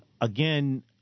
Again